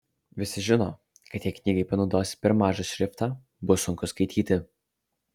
visi žino kad jei knygai panaudosi per mažą šriftą bus sunku skaityti